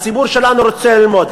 הציבור שלנו רוצה ללמוד.